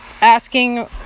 asking